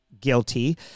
guilty